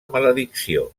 maledicció